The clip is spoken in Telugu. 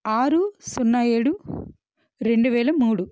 ఆరు సున్నా ఏడు రెండు వేల మూడు